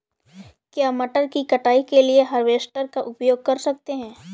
क्या मटर की कटाई के लिए हार्वेस्टर का उपयोग कर सकते हैं?